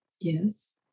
Yes